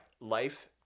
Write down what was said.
Life